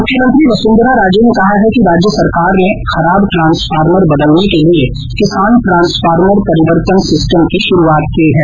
मुख्यमंत्री वसुन्धरा राजे ने कहा है कि राज्य सरकार ने खराब ट्रांसफार्मर बदलने के लिए किसान ट्रांसफार्मर परिवर्तन सिस्टम की शुरूआत की है